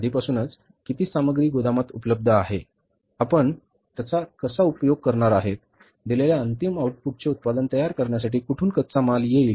आधीपासूनच किती सामग्री गोदामात उपलब्ध आहे जत्रा आपण उपयोग करणार आहोत दिलेल्या अंतिम आउटपुटचे उत्पादन तयार करण्यासाठी कुठून कच्चा माल येईल